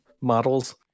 models